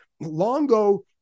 Longo